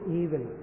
evil